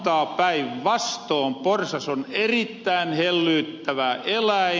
päinvastoon porsas on erittäin hellyyttävä eläin